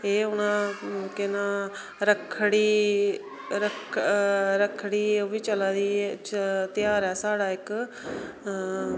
एह् हुन के ना रक्खड़ी रक्खड़ी ओह् बी चला दी अच्छा ध्यार ऐ स्हाढ़ा इक्क